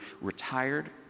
retired